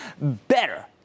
better